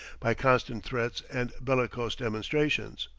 by constant threats and bellicose demonstrations.